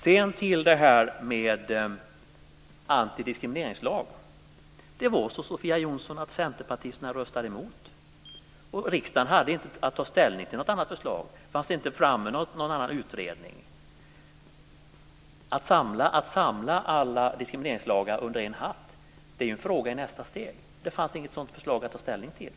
Centerpartisterna röstade emot antidiskrimineringslagen, Sofia Jonsson. Riksdagen hade inte att ta ställning till något annat förslag. Det fanns ingen annan utredning framme. Att samla alla diskrimineringslagar under en hatt är ju en fråga i nästa steg. Det fanns inget sådant förslag att ta ställning till.